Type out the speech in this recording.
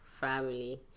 family